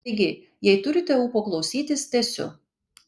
taigi jei turite ūpo klausytis tęsiu